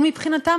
ומבחינתם,